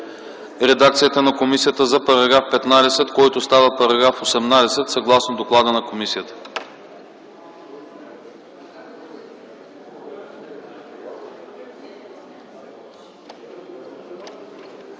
редакцията на комисията за § 15, който става § 18 съгласно доклада на комисията.